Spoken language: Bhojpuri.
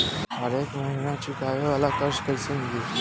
हरेक महिना चुकावे वाला कर्जा कैसे मिली?